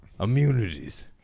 Immunities